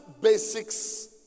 basics